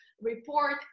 report